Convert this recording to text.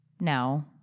no